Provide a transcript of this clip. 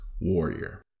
Warrior